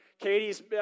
Katie's